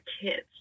kids